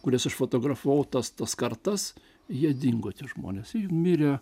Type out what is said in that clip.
kuriuos aš fotografuotas tas kartas jie dingo tie žmonės mirė